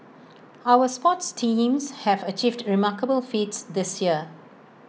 our sports teams have achieved remarkable feats this year